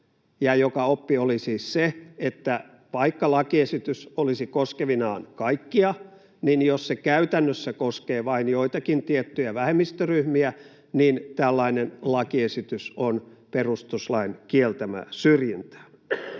ja joka oppi oli siis se, että vaikka lakiesitys olisi koskevinaan kaikkia, niin jos se käytännössä koskee vain joitakin tiettyjä vähemmistöryhmiä, niin tällainen lakiesitys on perustuslain kieltämää syrjintää?